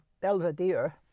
Belvedere